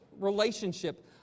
relationship